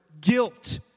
Guilt